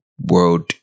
world